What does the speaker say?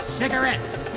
cigarettes